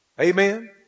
Amen